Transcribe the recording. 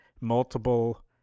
multiple